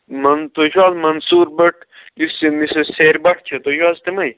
من تُہۍ چھُو حظ منصوٗر بٹ یُس ییٚمِس یہِ سیرِ بَٹھ چھ تُہۍ چھُو حظ تِمَے